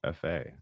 FA